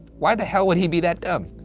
why the hell would he be that dumb?